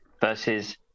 versus